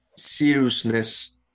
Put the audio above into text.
seriousness